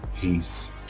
Peace